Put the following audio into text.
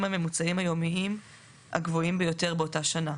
הממוצעים היומיים הגבוהים ביותר באותה שנה".